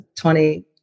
20